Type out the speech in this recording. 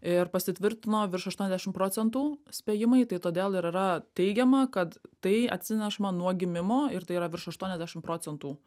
ir pasitvirtino virš aštuoniasdešimt procentų spėjimai tai todėl ir yra teigiama kad tai atsinešama nuo gimimo ir tai yra virš aštuoniasdešimt procentų